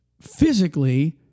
physically